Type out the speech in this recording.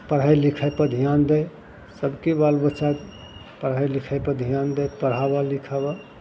पढ़ै लिखैपर धिआन दै सबके बालबच्चा पढ़ै लिखैपर धिआन दै पढ़ाबऽ लिखाबऽ